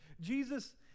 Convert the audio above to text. Jesus